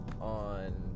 on